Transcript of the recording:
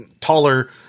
taller